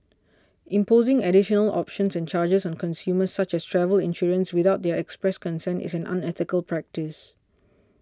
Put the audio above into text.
imposing additional options and charges on consumers such as travel insurance without their express consent is an unethical practice